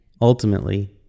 ultimately